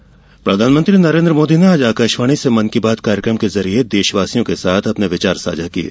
मन की बात प्रधानमंत्री नरेन्द्र मोदी ने आज आकाशवाणी से मन की बात कार्यक्रम के जरिए देशवासियों के साथ अपने विचार साझा किये